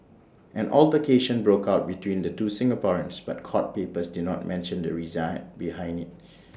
an altercation broke out between the two Singaporeans but court papers did not mention the reason behind IT